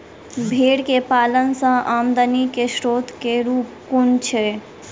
भेंर केँ पालन सँ आमदनी केँ स्रोत केँ रूप कुन छैय?